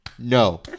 No